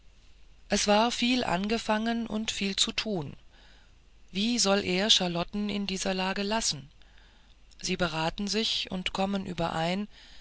es war viel angefangen und viel zu tun wie soll er charlotten in dieser lage lassen sie beraten sich und kommen überein